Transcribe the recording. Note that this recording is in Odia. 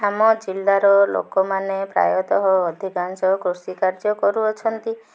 ଆମ ଜିଲ୍ଲାର ଲୋକମାନେ ପ୍ରାୟତଃ ଅଧିକାଂଶ କୃଷି କାର୍ଯ୍ୟ କରୁଅଛନ୍ତି